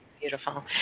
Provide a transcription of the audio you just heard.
beautiful